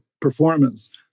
performance